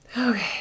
Okay